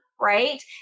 right